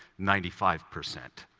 ninety five percent.